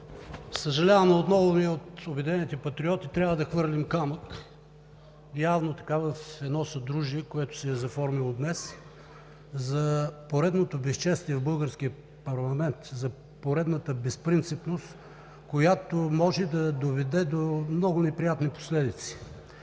Съжалявам, но отново ние от „Обединените патриоти“ трябва да хвърлим камък явно в едно съдружие, което се е заформило днес, за поредното безчестие в българския парламент, за поредната безпринципност, която може да доведе до много неприятни последици.